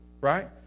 right